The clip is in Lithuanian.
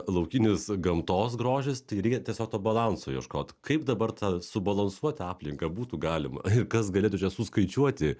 laukinis gamtos grožis tai reikia tiesiog to balanso ieškot kaip dabar tą subalansuot tą aplinką būtų galima ir kas galėtų čia suskaičiuoti